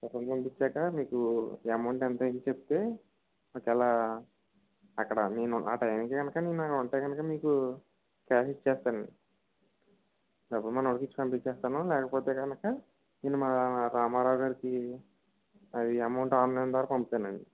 కుర్రోడిని పంపిచాకా మీకు అమౌంట్ ఎంతయింది చెప్తే ఒకేలా అక్కడ నేను టయానికి గనక నేను అక్కడ ఉంటే కనుక మీకు క్యాష్ ఇచ్చేస్తాను అండి డబ్బులు మన వాడికి ఇచ్చి పంపిచ్చేస్తాను లేకపోతే కనుక నేను మన రామారావుగారికి అది అమౌంట్ ఆన్లైన్ ద్వారా పంపుతాను అండి